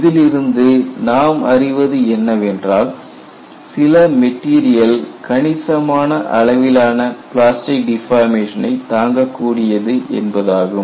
இதிலிருந்து நாம் அறிவது என்னவென்றால் சில மெட்டீரியல் கணிசமான அளவிலான பிளாஸ்டிக் டிபார்மேஷனை தாங்கக்கூடியது என்பதாகும்